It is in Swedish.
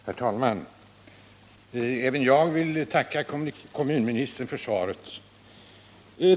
Herr talman! Även jag vill tacka kommunministern för svaret.